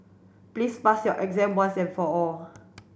please pass your exam once and for all